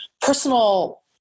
personal